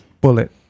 Bullet